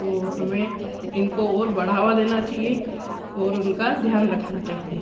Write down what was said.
तो हमें इनको और बढ़ावा देना चाहिए और उनका ध्यान रखना चाहिए